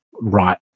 right